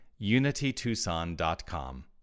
unitytucson.com